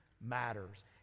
matters